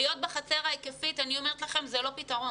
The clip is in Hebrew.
להיות בחצר ההיקפית, זה לא הפתרון.